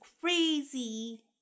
crazy